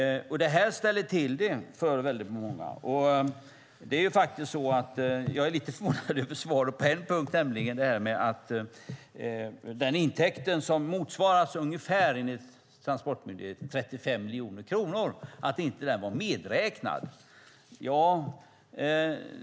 Det här ställer till det för många. Jag är lite förvånad över svaret på en punkt, nämligen att den intäkt som enligt Transportmyndigheten motsvarar ungefär 35 miljoner kronor inte var medräknad.